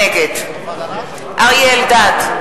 נגד אריה אלדד,